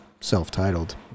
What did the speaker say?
self-titled